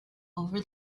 over